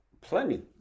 Plenty